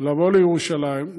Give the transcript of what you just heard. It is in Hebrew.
לבוא לירושלים,